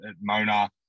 Mona